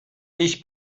ich